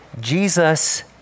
Jesus